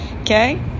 okay